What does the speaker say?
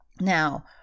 Now